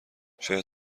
شاید